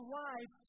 life